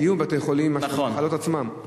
מזיהום בבתי-החולים מאשר מהמחלות עצמן.